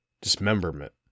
Dismemberment